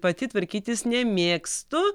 pati tvarkytis nemėgstu